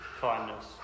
kindness